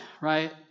right